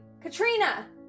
Katrina